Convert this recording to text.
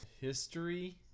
history